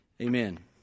Amen